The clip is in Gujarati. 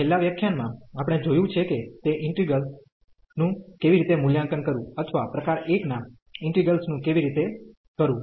છેલ્લા વ્યાખ્યાનમાં આપણે જોયું છે કે તે ઇન્ટિગ્રેલ્સ નું કેવી રીતે મૂલ્યાંકન કરવું અથવા પ્રકાર 1 ના ઈન્ટિગ્રેલ્સ નું કેવી રીતે કરવું